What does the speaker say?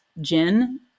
Jen